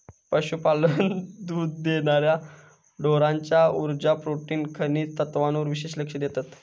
पशुपालक दुध देणार्या ढोरांच्या उर्जा, प्रोटीन, खनिज तत्त्वांवर विशेष लक्ष देतत